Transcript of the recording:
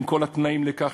עם כל התנאים לכך,